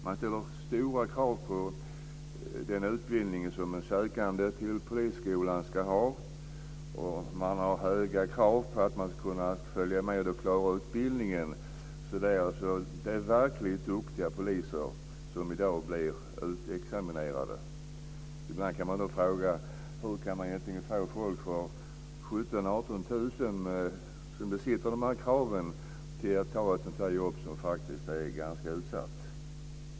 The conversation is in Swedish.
Det ställs höga krav på den utbildning som sökande till Polisskolan ska ha, och det ställs höga krav på att de ska kunna följa med i och klara utbildningen. Det är alltså verkligt duktiga poliser som i dag blir utexaminerade. Ibland kan man fråga sig hur det är möjligt att för 17 000-18 000 få folk som uppfyller de här kraven att ta ett sådant här jobb, som faktiskt är ganska utsatt.